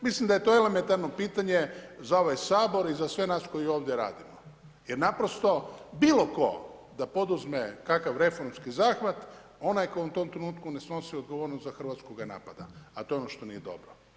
Mislim da je to elementarno pitanje za ovaj Sabor i za sve nas koji ovdje radimo, jer naprosto bilo tko da poduzme kakav reformski zahvat, onaj tko u tom trenutku ne snosi odgovornost za Hrvatsku ga napada, a to je ono što nije dobro.